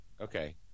Okay